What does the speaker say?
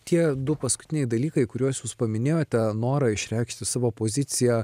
tie du paskutiniai dalykai kuriuos jūs paminėjote norą išreikšti savo poziciją